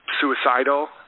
suicidal